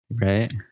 right